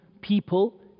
people